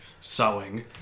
sewing